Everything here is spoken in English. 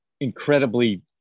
incredibly